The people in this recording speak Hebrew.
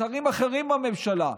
שרים אחרים בממשלה,